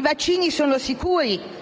vaccini, allora, sono sicuri.